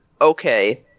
okay